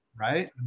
right